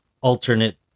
alternate